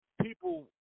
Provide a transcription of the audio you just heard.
people